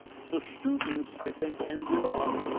the students, i think, ended up,